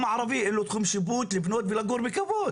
הערבי אין לו תחום שיפוט לבנות ולגור בכבוד.